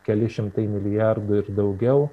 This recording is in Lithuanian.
keli šimtai milijardų ir daugiau